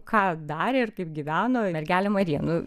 ką darė ir kaip gyveno mergelė marija nu